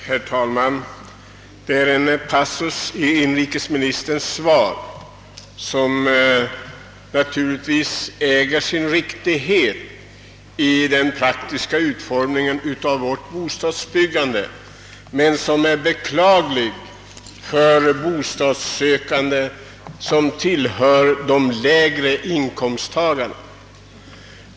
Herr talman! Det finns i inrikesministerns svar en passus som naturligtvis äger sin riktighet då det gäller den praktiska utformningen av vårt bostadsbyggande men som är beklaglig med tanke på bostadssökande med lägre inkomster.